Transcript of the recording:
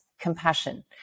compassion